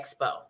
expo